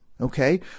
Okay